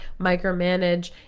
micromanage